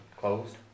closed